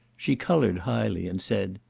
she coloured highly, and said,